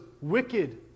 wicked